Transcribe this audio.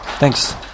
Thanks